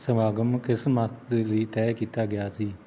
ਸਮਾਗਮ ਕਿਸ ਮਕਸਦ ਲਈ ਤਹਿ ਕੀਤਾ ਗਿਆ ਸੀ